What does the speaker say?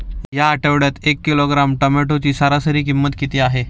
या आठवड्यात एक किलोग्रॅम टोमॅटोची सरासरी किंमत किती आहे?